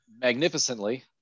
magnificently